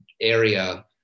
area